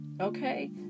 okay